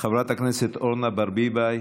חברת הכנסת אורנה ברביבאי,